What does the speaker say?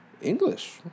English